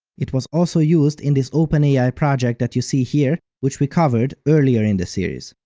it was also used in this openai project that you see here, which we covered earlier in the series.